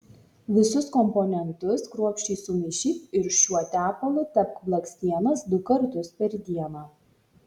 visus komponentus kruopščiai sumaišyk ir šiuo tepalu tepk blakstienas du kartus per dieną